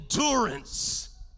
endurance